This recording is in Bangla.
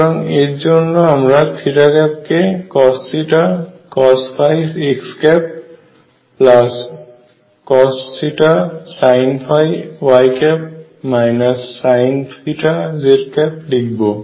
সুতরাং এর জন্য আমরা কে cosθcosϕx cosθsinϕy sinθz লিখব